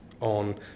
on